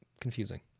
confusing